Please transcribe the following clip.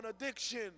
addiction